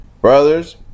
brothers